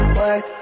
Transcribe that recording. work